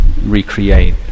recreate